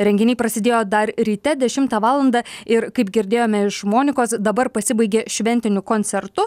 renginiai prasidėjo dar ryte dešimtą valandą ir kaip girdėjome iš monikos dabar pasibaigė šventiniu koncertu